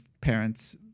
parents